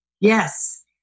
Yes